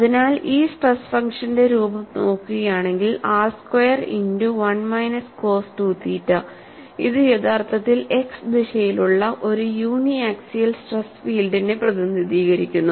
അതിനാൽ ഈ സ്ട്രെസ് ഫംഗ്ഷന്റെ രൂപം നോക്കുകയാണെങ്കിൽ r square into 1 minus cos 2 theta ഇത് യഥാർത്ഥത്തിൽ x ദിശയിലുള്ള ഒരു യൂണി ആക്സിയൽ സ്ട്രെസ് ഫീൽഡിനെ പ്രതിനിധീകരിക്കുന്നു